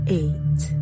eight